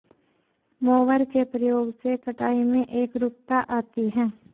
mower के प्रयोग से कटाई में एकरूपता आती है